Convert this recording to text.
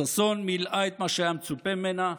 ששון מילאה את מה שהיה מצופה ממנה,